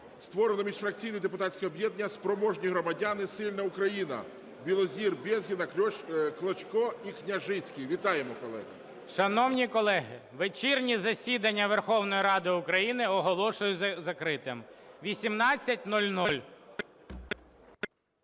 Створено міжфракційне депутатське об'єднання "Спроможні громадяни – сильна Україна". Білозір, Безгін, Клочко і Княжицький. Вітаємо, колеги! ГОЛОВУЮЧИЙ. Шановні колеги, вечірнє засідання Верховної Ради України оголошую закритим. 18:00.